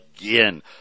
again